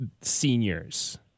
seniors